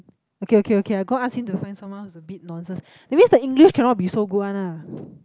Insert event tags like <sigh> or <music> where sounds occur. okay okay okay I go ask him to find someone who's a bit nonsense that means the English cannot be so good one ah <breath>